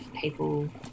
people